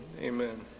amen